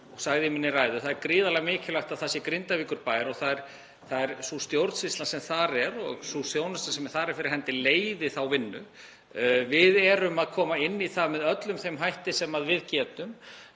ég sagði í minni ræðu að það er gríðarlega mikilvægt að Grindavíkurbær og sú stjórnsýsla sem þar er og sú þjónusta sem þar er fyrir hendi leiði þá vinnu. Við erum að koma inn í það með öllum þeim hætti sem við getum